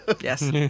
Yes